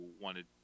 wanted